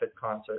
Concert